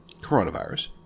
coronavirus